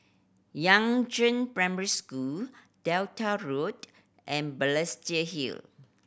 Yangzheng Primary School Delta Road and Balestier Hill